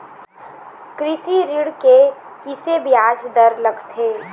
कृषि ऋण के किसे ब्याज दर लगथे?